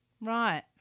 Right